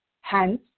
Hence